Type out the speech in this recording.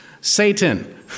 Satan